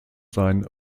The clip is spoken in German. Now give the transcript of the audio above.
sein